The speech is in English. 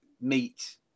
meet